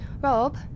Rob